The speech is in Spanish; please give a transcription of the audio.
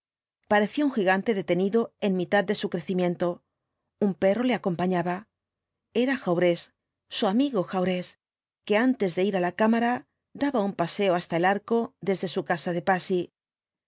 parecía un gigante detenido en mitad de su crecimiento un perro le acompañaba era jaurés su amigo jaurés que antes de ir á la cámara daba un paseo hasta el arco desde su casa de passy